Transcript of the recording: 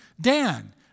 Dan